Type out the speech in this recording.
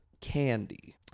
Candy